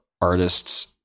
artists